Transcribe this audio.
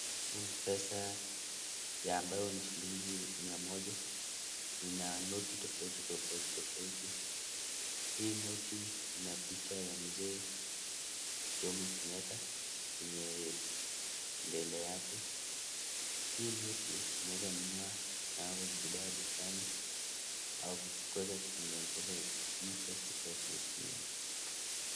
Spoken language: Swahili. Hii ni pesa ya ambayo ni shilingi mia moja ina noti tofauti tofauti hii noti ina picha ya mzee Jomo Kenyatta kwenye mbele yake. Hii noti unaweza nunua nayo bidhaa dukani au kuweka kwenye Mpesa hii pesa ikae kwenye simu yako.